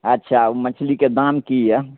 अच्छा ओ मछलीके दाम की यऽ